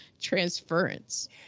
transference